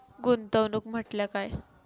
गुंतवणूक म्हटल्या काय?